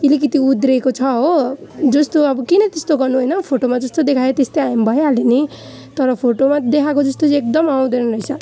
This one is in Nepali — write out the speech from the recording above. अलिकति उध्रिएको छ हो जस्तो अब किन त्यस्तो गर्नु होइन फोटोमा जस्तो देखायो त्यस्तै आए पनि भइहाल्यो नि तर फोटोमा देखाएको जस्तो छे एकदम आउँदैन रहेछ